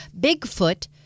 Bigfoot